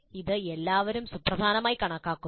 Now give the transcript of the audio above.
ഇത് എല്ലാവരും സുപ്രധാനമായി കണക്കാക്കുന്നു